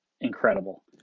incredible